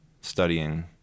studying